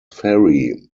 ferry